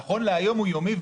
נכון להיום הוא יומי,